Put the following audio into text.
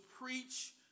preach